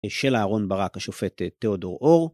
של אהרון ברק, השופט תיאודור אור.